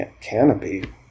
canopy